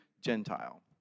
Gentile